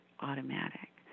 automatic